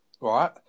right